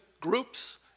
groups